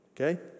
Okay